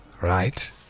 Right